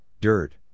dirt